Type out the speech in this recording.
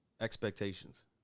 expectations